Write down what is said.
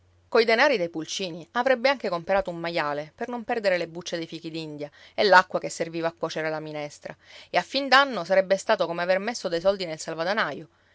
coi denari dei pulcini avrebbe anche comperato un maiale per non perdere le bucce dei fichidindia e l'acqua che serviva a cuocere la minestra e a fin d'anno sarebbe stato come aver messo dei soldi nel salvadanaio